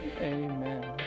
amen